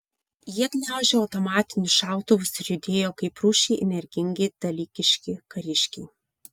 jie gniaužė automatinius šautuvus ir judėjo kaip rūsčiai energingi dalykiški kariškiai